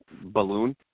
balloon